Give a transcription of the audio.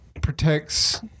protects